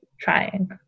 trying